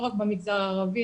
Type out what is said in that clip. לא רק במגזר הערבי,